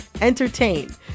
entertain